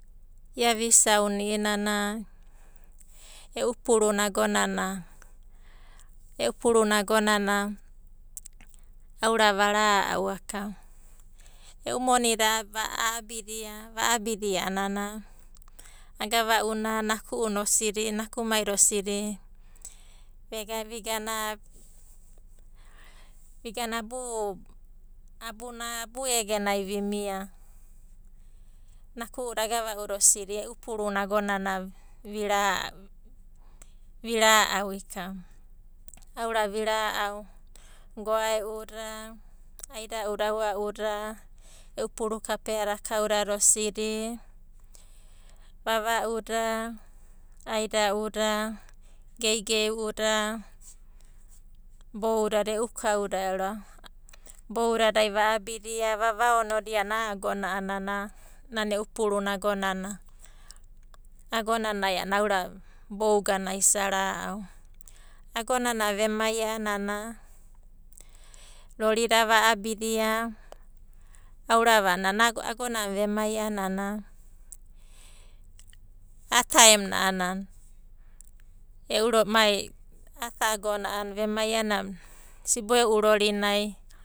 Ia vuisauna i'inana e'u pauruna agonana, e'u puruna agonana aurava va ra'au aka. E'u monida a'abidia a'anana, agava'una, naku'una osidi, nakumaida osidi vega vigana, vigana abu, abuna, abu egenai vimai. Naku'uda agava'una osidi e'u puruna agonana vira'au ikava. Aurava vi ra'au goae'uda, aidauda aua'uda, e'u puru kapeada kaudadai e'u kauda ero boudadai va'abidia, vavaonodia a'ana a'a agona a'anana nana e'u puruna agonana. Agonanai a'ana aurava bouganai isa ra'au. Agonanai vemai a'ana, rorida va'abidia, aurava a'ana agonana vemai a'ana, a'a taem na mai a'a agona vemai sibo e'u rorinai.